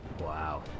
Wow